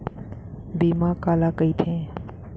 बीमा काला कइथे?